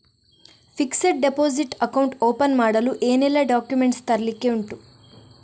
Fixed deposit account open ಮಾಡಲು ಏನೆಲ್ಲಾ documents ತರ್ಲಿಕ್ಕೆ ಉಂಟು?